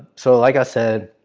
so like i said,